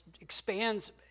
expands